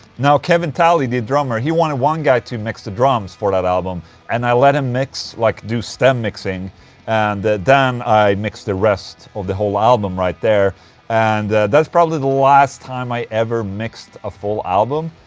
now, kevin talley, the drummer, he wanted one guy to mix the drums for that album and i let him mix, like do stem mixing and then i mixed the rest of the whole album right there and that's probably the last time i ever mixed a full album.